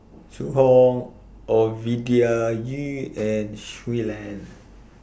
Zhu Hong Ovidia Yu and Shui Lan